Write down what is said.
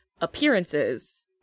appearances